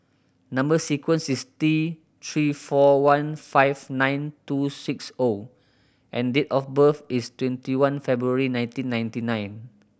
number sequence is T Three four one five nine two six O and date of birth is twenty one February nineteen ninety nine